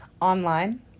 online